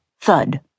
thud